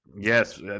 Yes